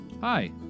Hi